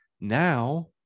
Now